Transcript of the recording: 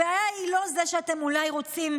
הבעיה היא לא שאתם אולי רוצים,